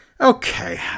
Okay